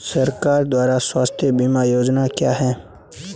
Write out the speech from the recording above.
सरकार द्वारा स्वास्थ्य बीमा योजनाएं क्या हैं?